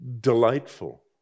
delightful